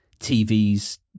TVs